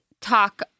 talk